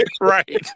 right